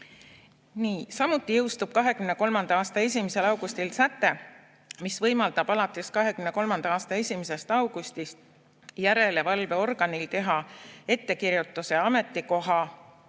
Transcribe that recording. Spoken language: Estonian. Samuti jõustub 2023. aasta 1. augustil säte, mis võimaldab alates 2023. aasta 1. augustist järelevalveorganil teha ettekirjutuse ametikoha